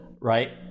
right